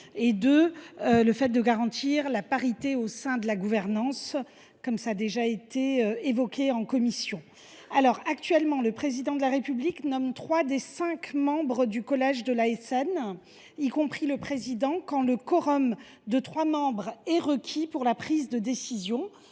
de l’ASN et garantir la parité de la gouvernance, comme cela a déjà été évoqué en commission. Actuellement, le Président de la République nomme trois des cinq membres du collège de l’ASN, y compris le président, quand le quorum de trois membres est requis pour la prise de décision.